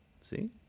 See